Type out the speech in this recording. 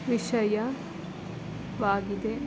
ವಿಷಯವಾಗಿದೆ